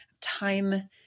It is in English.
time